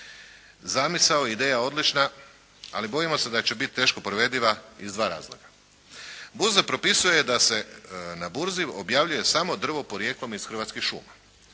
Zamisao i ideja je odlična, ali bojimo se da će biti teško provediva iz dva razloga. Burza propisuje da se na burzi objavljuje samo drvo porijeklom iz Hrvatskih šuma.